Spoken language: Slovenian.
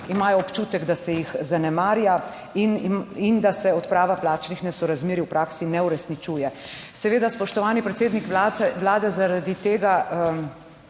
Imajo občutek, da se jih zanemarja. In da se odprava plačnih nesorazmerij v praksi ne uresničuje. Seveda, spoštovani predsednik Vlade, zaradi tega